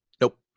Nope